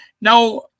now